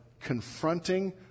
confronting